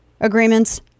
agreements